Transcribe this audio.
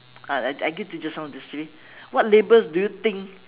uh I I give you just now you see what labels do you think